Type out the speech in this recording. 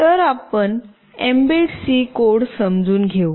तर आपण mbed C code समजून घेऊ